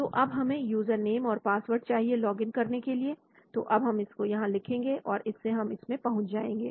तो अब हमें यूजर नेम और पासवर्ड चाहिए लोगिन करने के लिए तो अब हम इसको लिखेंगे और इससे हम इसमें पहुंच पाएंगे